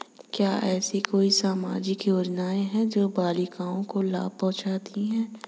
क्या ऐसी कोई सामाजिक योजनाएँ हैं जो बालिकाओं को लाभ पहुँचाती हैं?